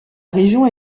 région